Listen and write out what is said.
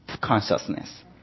consciousness